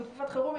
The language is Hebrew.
כל אחד יכול להיות,